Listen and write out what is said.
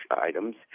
items